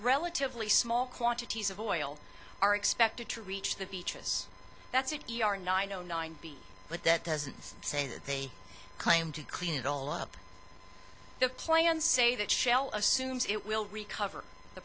relatively small quantities of oil are expected to reach the beaches that's it e r nine zero nine b but that doesn't say that they claim to clean it all up the plan say that shell assumes it will recover the